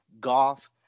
Golf